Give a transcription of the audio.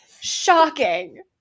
Shocking